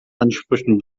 ansprüchen